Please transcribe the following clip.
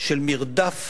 של מרדף